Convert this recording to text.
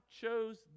chose